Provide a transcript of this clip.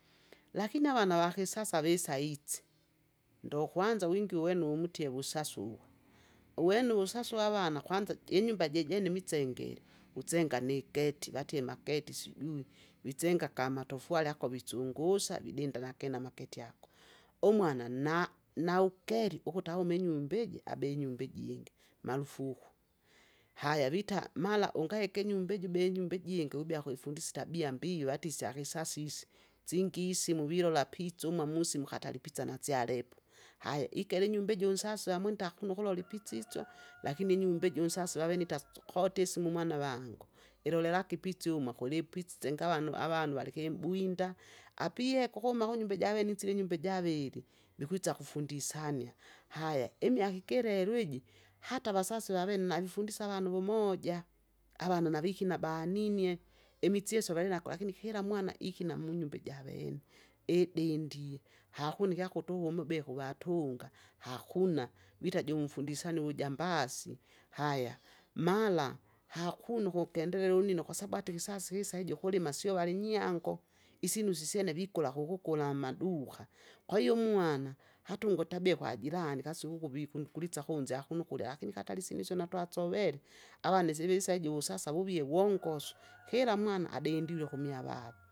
Lakini avana vakisasa visaizi, ndokwana wingi uweno uwumutie vusasuka, uwene uwusasua aavana kwanza jinyumba jijene misengere, usenga nigeti vatie mageti sijui, wisenga ka matofwari ako visungusa, vidindinda nakene amageti ako. Umwana nna- naukeli ukuta aume inyumba iji! abe inyumba injingi marufuku. Haya vita mara ungaeke inyumba iji bee inyumba ijingi wibea kwifundisa itabia mbivi watie isyakisasa isi, singi isimu vilola apisumwa musimu katalipisa nasyalepo, Haya ikela inyumbi ijo unsasi vamwinta ankuno ukulola ipisisyo, lakini inyumba ijo unsasi vavene ita sikotiisimu umwanavangu. Ilolelaki ipisiumwa kulipwisise ngavano avano valikimbwinda, apie kukuma kunyumba ijavene isile inyumba ijaviri, vikwisa kufundisania, haya imyaka igilelo iji, hata avasasi vavene navifundisa avana uvumoja, avana navikina baninie, micheso valinako lakini kila mwana ikina munyumba ijvene. Idindie hakuna ikyakutu uvu umubihu watunga, hakuna, vita jumfundisana uvujambasi, haya, mara hakuna ukukendelela unnino kwasabu hata ikisasi kisa ijo kulima sio valinyaamgo. Isinu sisyene vikula kukula mmaduka, kwahiyo umuana hata ungwe tabie kwajirani kusungu vikundu kulisya kunze hakuna ukurya lakini katari isinu isyo natwasovere, avana isivisaijo uvusasa vuvie wongosu, kira mwana adendilwe kumya vava.